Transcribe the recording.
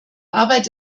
arbeit